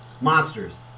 monsters